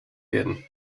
werden